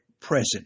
present